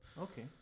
Okay